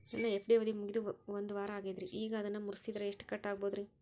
ನನ್ನ ಎಫ್.ಡಿ ಅವಧಿ ಮುಗಿದು ಒಂದವಾರ ಆಗೇದ್ರಿ ಈಗ ಅದನ್ನ ಮುರಿಸಿದ್ರ ಎಷ್ಟ ಕಟ್ ಆಗ್ಬೋದ್ರಿ?